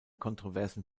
kontroversen